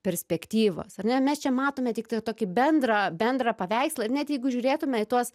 perspektyvos ar ne mes čia matome tiktai tokį bendrą bendrą paveikslą ir net jeigu žiūrėtume į tuos